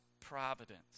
providence